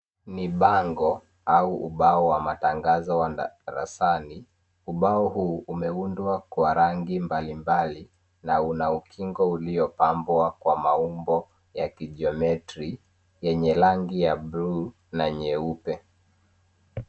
Ni bango au ubao wa matangazo ya darasani. Ubao huu, umeundwa kwa rangi mbalimbali na una ukingo uliyopambwa kwa maumbo ya kijometri yenye rangi ya blue na nyeupe.